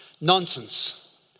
nonsense